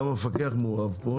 גם המפקח מעורב פה,